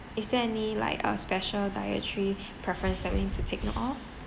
is there any like a special dietary preference that we need to take note of